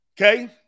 Okay